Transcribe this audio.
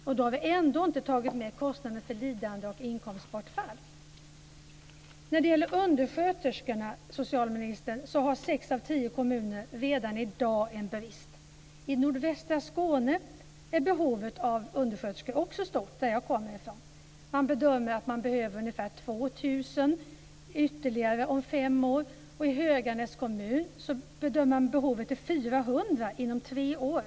Och då har vi ändå inte tagit med kostnaden för lidande och inkomstbortfall. När det gäller undersköterskorna har sex av tio kommuner redan i dag en brist, socialministern! I nordvästra Skåne, som jag kommer ifrån, är behovet av undersköterskor också stort. Man bedömer att man behöver ungefär 2 000 ytterligare om fem år. I Höganäs kommun bedömer man behovet till 400 inom tre år.